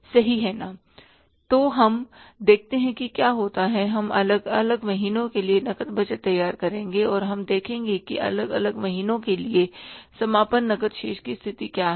उ तो हम देखते हैं कि क्या होता है हम अलग अलग महीनों के लिए नकद बजट तैयार करेंगे और हम देखेंगे कि अलग अलग महीनों के लिए समापन नकद शेष की स्थिति क्या है